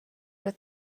were